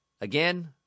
Again